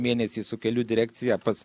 mėnesį su kelių direkcija pas